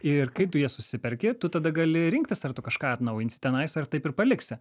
ir kai tu jas susiperki tu tada gali rinktis ar tu kažką atnaujinsi tenais ar taip ir paliksi